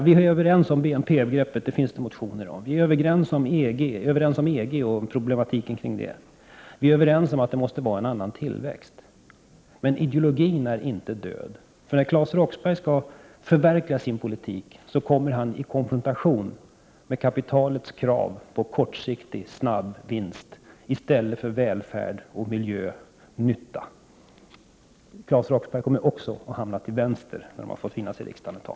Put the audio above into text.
Vi är överens om Ez BNP-greppet; det finns det motioner om. Vi är överens om EG och Ekonomi problematiken där omkring. Vi är överens om att det måste vara en annan tillväxt. Men ideologin är inte död. När Claes Roxbergh skall förverkliga sin politik kommer han i konfrontation med kapitalets krav på kortsiktig, snabb vinst i stället för välfärd och miljönytta. Claes Roxbergh kommer också att hamna till vänster när miljöpartiet har fått finnas i riksdagen ett tag.